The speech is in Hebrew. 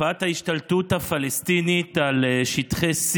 תופעת ההשתלטות הפלסטינית על שטחי C